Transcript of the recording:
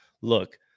look